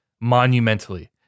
monumentally